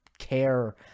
care